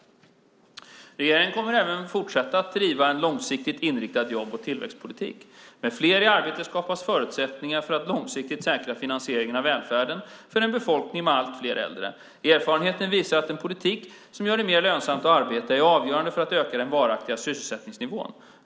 Regeringen kommer även att fortsätta driva en långsiktigt inriktad jobb och tillväxtpolitik. Med fler i arbete skapas förutsättningar för att långsiktigt säkra finansieringen av välfärden för en befolkning med allt fler äldre. Erfarenheten visar att en politik som gör det mer lönsamt att arbeta är avgörande för att öka den varaktiga sysselsättningsnivån.